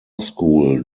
school